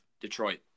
Detroit